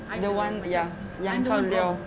the one yang yang gone wrong